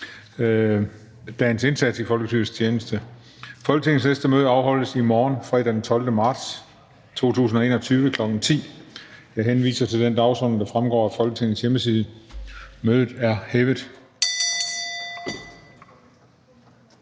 dagens indsats i folkestyrets tjeneste. Folketingets næste møde i afholdes i morgen, fredag den 12. marts 2021, kl. 10.00. Jeg henviser til den dagsorden, der fremgår af Folketingets hjemmeside. Mødet er hævet.